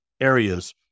areas